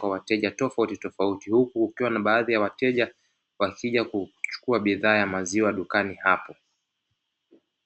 kwa wateja tofautitofauti, huku kukiwa na baadhi ya wateja wakija kuchukua bidhaa ya maziwa dukani hapo.